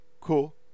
cool